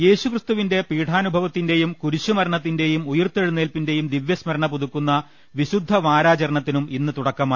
യേശുക്രിസ്തുവിന്റെ പീഢാനുഭവത്തിന്റെയും കുരിശുമരണത്തി ന്റെയും ഉയിർത്തെഴുന്നേൽപ്പിന്റെയും ദിവ്യസ്മരണപുതുക്കുന്ന വിശുദ്ധവാരാചരണത്തിനും ഇന്ന് തുടക്കമായി